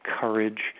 courage